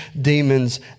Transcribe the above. demons